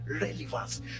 relevance